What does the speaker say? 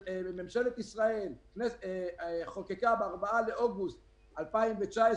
שממשלת ישראל חוקקה ב- 4 באוגוסט 2019,